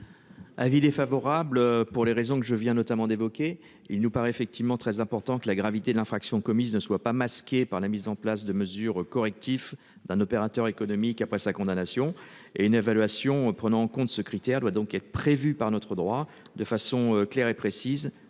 Avis défavorable pour les raisons que je viens notamment d'évoquer, il nous paraît effectivement très important que la gravité de l'infraction commise ne soit pas masqué par la mise en place de mesures correctives d'un opérateur économique après sa condamnation et une évaluation prenant en compte ce critère doit donc être prévues par notre droit de façon claire et précise,